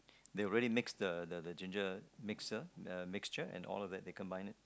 they really mix the the the ginger mixer mixture and all they combine